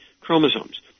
chromosomes